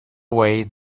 away